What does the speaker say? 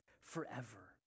forever